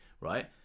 right